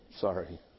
Sorry